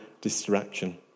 distraction